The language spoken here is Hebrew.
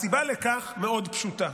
הסיבה לכך מאוד פשוטה.